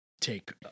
take